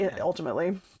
ultimately